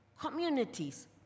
communities